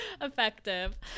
effective